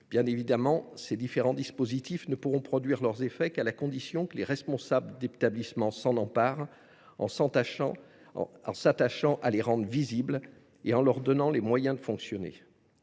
Bien évidemment, ces différents dispositifs ne produiront leurs effets que si les responsables d’établissement s’en emparent, en s’attachant à les rendre visibles et en leur donnant les moyens de fonctionner.